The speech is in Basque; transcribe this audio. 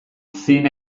zin